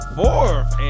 fourth